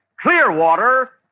Clearwater